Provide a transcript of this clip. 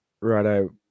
righto